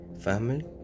family